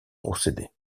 procédé